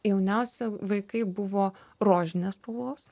jauniausi vaikai buvo rožinės spalvos